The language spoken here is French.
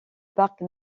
parc